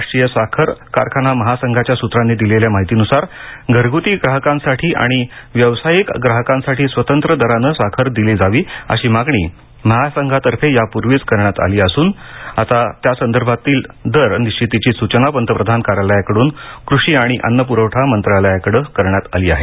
राष्ट्रीय साखर कारखाना महासंघाच्या सूत्रांनी दिलेल्या माहितीनुसार घरग्ती ग्राहकांसाठी आणि व्यावसायिक ग्राहकांसाठी स्वतंत्र दराने साखर दिली जावी अशी मागणी महासंघातर्फे यापूर्वीच करण्यात आली असून आता त्यासंदर्भातील दर निश्चितीची सूचना पंतप्रधान कार्यालयाकडून क्रषी आणि अन्न प्रवठा मंत्रालयाकडे करण्यात आली आहे